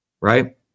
right